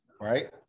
Right